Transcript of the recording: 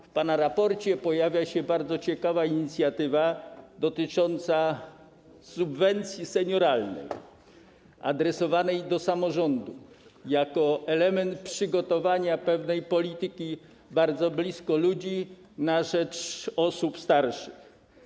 W pana raporcie pojawia się bardzo ciekawa inicjatywa dotycząca subwencji senioralnej adresowanej do samorządu jako element przygotowania pewnej polityki bardzo blisko ludzi, na rzecz osób starszych.